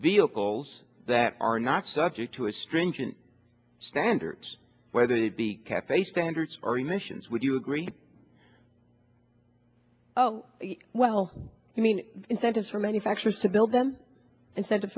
vehicles that are not subject to a stringent standards whether it be cafe standards or emissions would you agree oh well i mean incentives for manufacturers to build them